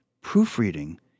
proofreading